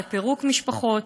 לפירוק משפחות.